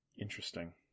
Interesting